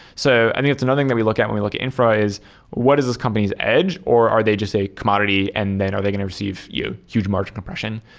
so i think it's another thing that we look at when we look at infra is what is this company's edge or are they just a commodity and then are they going to receive huge margin compression?